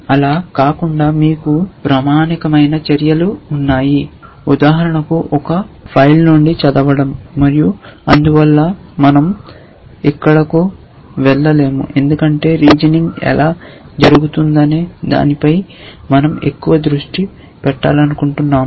అలా కాకుండా మీకు ప్రామాణికమైన చర్యలు ఉన్నాయి ఉదాహరణకు ఒక ఫైల్ నుండి చదవడం మరియు అందువల్ల మనం ఇక్కడకు వెళ్ళలేము ఎందుకంటే రీజనింగ్ ఎలా జరుగుతుందనే దీనిపై మనం ఎక్కువ దృష్టి పెట్టాలనుకుంటున్నాను